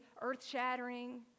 earth-shattering